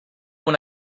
when